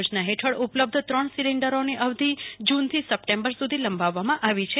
ઉજવલા યોજના હેઠળ ઉપલબ્ધ ત્રણ સિલિન્ડરોની અવધિ જૂનથી સપ્ટેમ્બર સુધી લંબાવામાં આવી છે